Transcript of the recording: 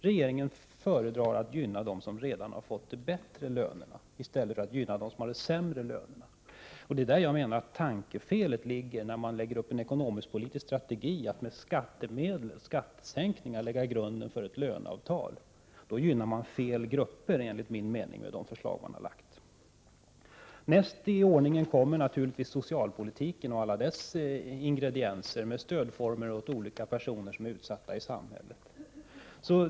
Regeringen föredrar att gynna dem som redan har fått de bättre lönerna i stället för att gynna dem som har de sämre lönerna. Det är här som jag anser att tankefelet ligger när regeringen lägger upp en ekonomisk politisk strategi som innebär att man genom skattesänkningar skall lägga grunden för ett löneavtal. Då gynnar regeringen, enligt min mening, fel grupper med sina förslag. På andra plats i denna ordning kommer naturligtvis socialpolitiken och alla dess ingredienser med stöd till utsatta personer i samhället.